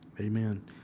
amen